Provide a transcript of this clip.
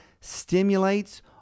stimulates